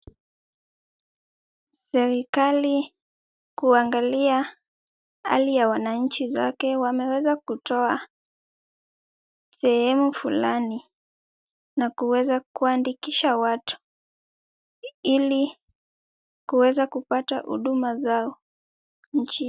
Serikali kuangalia hali ya wananchi zake, wameweza kutoa sehemu fulani na kuweza kuandikisha watu ili kuweza kupata huduma zao nchini.